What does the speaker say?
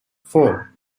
four